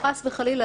וחס וחלילה,